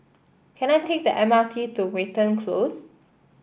can I take the M R T to Watten Close